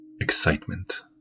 excitement